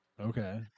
Okay